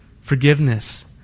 Forgiveness